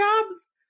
jobs